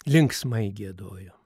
linksmai giedojo